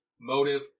motive